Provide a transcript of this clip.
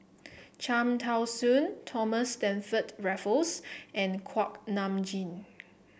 Cham Tao Soon Thomas Stamford Raffles and Kuak Nam Jin